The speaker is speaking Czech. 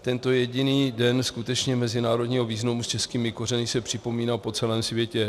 Tento jediný den skutečně mezinárodního významu s českými kořeny se připomíná po celém světě.